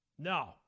No